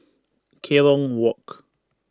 Kerong Walk